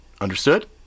Understood